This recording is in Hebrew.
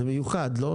זה אירוע מיוחד, לא?